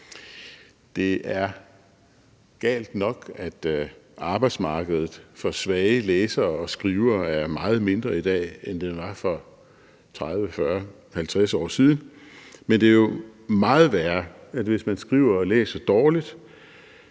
Det er galt nok, at arbejdsmarkedet for svage læsere og skrivere er meget mindre i dag, end det var for 30, 40 og 50 år siden, men det er jo meget værre, at man, hvis man skriver og læser dårligt,